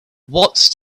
what’s